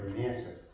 answer it.